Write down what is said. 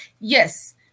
Yes